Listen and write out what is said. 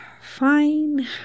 Fine